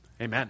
Amen